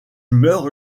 meurt